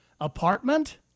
apartment